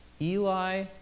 Eli